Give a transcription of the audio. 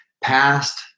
past